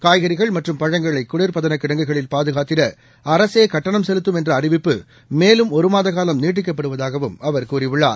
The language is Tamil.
காய்கறிகள் மற்றும் பழங்களைகுளியதனக் கிடங்குகளில் பாதுகாத்திடஅரசேகட்டணம் செலுத்தும் என்றஅறிவிப்பு மேலும் ஒருமாதகாலம் நீட்டிக்கப்படுவதாகவும் அவர் கூறியுள்ளார்